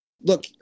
Look